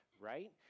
right